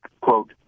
quote